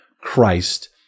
Christ